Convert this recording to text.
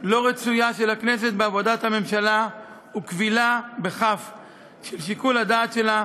לא רצויה של הכנסת בעבודת הממשלה וכבילה של שיקול הדעת שלה,